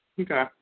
Okay